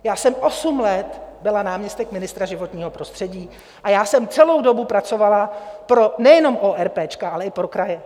Já jsem byla osm let náměstek ministra životního prostředí a já jsem celou dobu pracovala nejenom pro óerpéčka, ale i pro kraje.